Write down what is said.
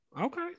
Okay